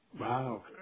Wow